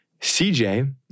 CJ